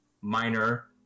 minor